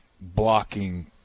blocking